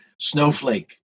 Snowflake